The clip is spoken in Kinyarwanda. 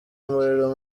umuriro